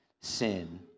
sin